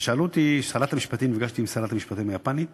ושאלו אותי, נפגשתי עם שרת המשפטים היפנית